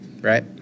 right